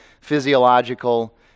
physiological